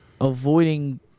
avoiding